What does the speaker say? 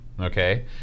okay